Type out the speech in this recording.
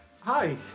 Hi